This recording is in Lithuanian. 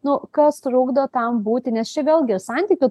nu kas trukdo tam būti nes čia vėlgi santykių